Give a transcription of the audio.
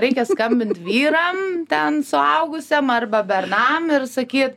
reikia skambint vyram ten suaugusiam arba bernam ir saky